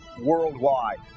worldwide